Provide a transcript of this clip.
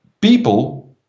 people